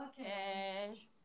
okay